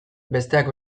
besteak